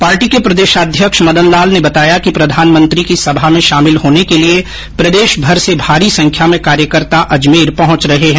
party के प्रदेशाध्यक्ष मदन लाल ने बताया कि प्रधानमंत्री की सभा में शामिल होने के लिए प्रदेशभर से भारी संख्या में कार्यकर्ता अजमेर पहुंच रहे है